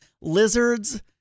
lizards